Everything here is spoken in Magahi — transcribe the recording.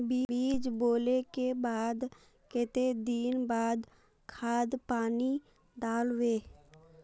बीज बोले के बाद केते दिन बाद खाद पानी दाल वे?